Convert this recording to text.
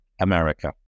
America